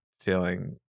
feeling